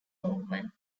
movement